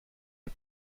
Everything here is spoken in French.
les